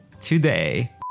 today